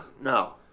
No